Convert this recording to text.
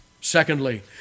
Secondly